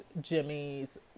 Jimmy's